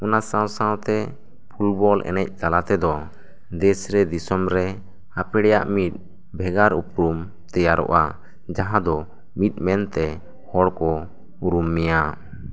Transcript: ᱚᱱᱟ ᱥᱟᱶ ᱥᱟᱶᱛᱮ ᱯᱷᱩᱴᱵᱚᱞ ᱮᱱᱮᱡ ᱛᱟᱞᱟ ᱛᱮᱫᱚ ᱫᱮᱥ ᱨᱮ ᱫᱤᱥᱚᱢ ᱨᱮ ᱟᱯᱲᱮᱭᱟᱜ ᱢᱤᱫ ᱵᱷᱮᱜᱟᱨ ᱩᱯᱨᱩᱢ ᱛᱮᱭᱟᱨᱚᱜ ᱟ ᱡᱟᱦᱟᱸ ᱫᱚ ᱢᱤᱫ ᱢᱮᱱᱛᱮ ᱦᱚᱲ ᱠᱚ ᱩᱨᱩᱢ ᱢᱮᱭᱟ